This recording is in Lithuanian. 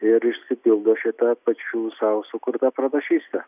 ir išsipildo šita pačių sau sukurta pranašystė